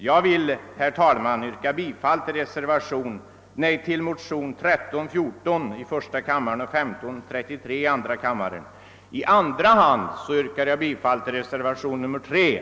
Jag vill yrka bifall till motionsparet I: 1314 och II: 1533 och i andra hand till reservationen III.